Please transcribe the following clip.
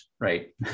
right